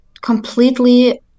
completely